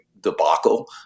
debacle